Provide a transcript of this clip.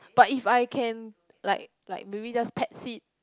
but if I can like like maybe just pets it